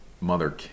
mother